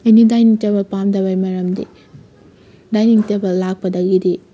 ꯑꯩꯅ dining table ꯄꯥꯝꯗꯕꯩ ꯃꯔꯝꯗꯤ ꯗꯥꯏꯅꯤꯡ ꯇꯦꯕꯜ ꯂꯥꯛꯄꯗꯒꯤꯗꯤ